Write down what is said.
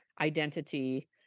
identity